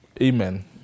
Amen